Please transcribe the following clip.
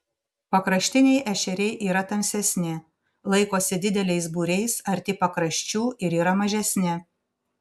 pakraštiniai ešeriai yra tamsesni laikosi dideliais būriais arti pakraščių ir yra mažesni